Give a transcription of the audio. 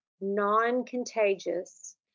non-contagious